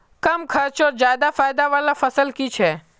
कम खर्चोत ज्यादा फायदा वाला फसल की छे?